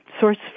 source